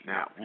Now